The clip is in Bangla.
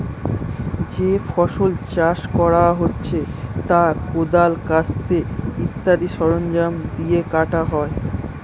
যে ফসল চাষ করা হচ্ছে তা কোদাল, কাস্তে ইত্যাদি সরঞ্জাম দিয়ে কাটা হয়